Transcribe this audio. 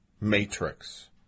matrix